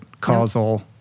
causal